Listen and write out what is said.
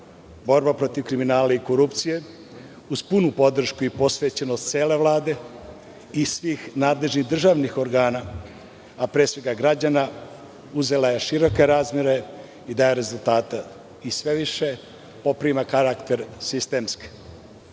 .Borba protiv kriminala i korupcije, uz punu podršku i posvećenost cele Vlade i svih nadležnih državnih organa, a pre svega građana, uzela je široke razmere i daje rezultata i sve više poprima karakter sistemske. Srbija